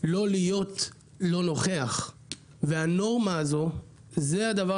לא להיות לא נוכח והנורמה הזו זה הדבר